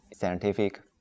scientific